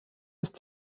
ist